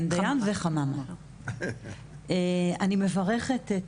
אני מברכת את